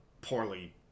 poorly